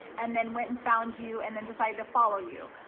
and then went and found you and then decided to follow you.